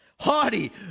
haughty